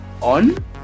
on